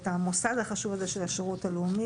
את המוסד החשוב הזה של השירות הלאומי,